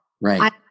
right